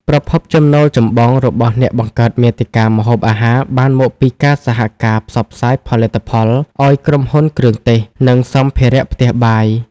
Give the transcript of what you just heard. ប្រភពចំណូលចម្បងរបស់អ្នកបង្កើតមាតិកាម្ហូបអាហារបានមកពីការសហការផ្សព្វផ្សាយផលិតផល ឱ្យក្រុមហ៊ុនគ្រឿងទេស និងសម្ភារៈផ្ទះបាយ។